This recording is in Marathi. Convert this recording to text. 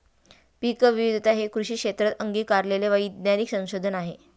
पीकविविधता हे कृषी क्षेत्रात अंगीकारलेले वैज्ञानिक संशोधन आहे